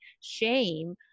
shame